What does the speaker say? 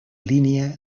línia